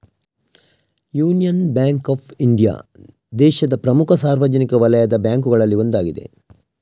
union Bank of India ದೇಶದ ಪ್ರಮುಖ ಸಾರ್ವಜನಿಕ ವಲಯದ ಬ್ಯಾಂಕುಗಳಲ್ಲಿ ಒಂದಾಗಿದೆ